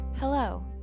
Hello